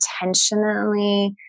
intentionally